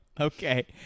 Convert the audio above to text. Okay